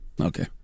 Okay